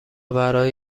برای